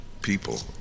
people